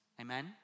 Amen